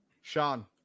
Sean